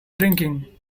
drinking